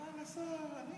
עזוב, אני